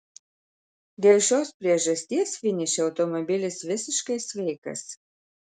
dėl šios priežasties finiše automobilis visiškai sveikas